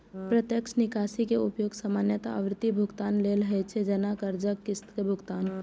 प्रत्यक्ष निकासी के उपयोग सामान्यतः आवर्ती भुगतान लेल होइ छै, जैना कर्जक किस्त के भुगतान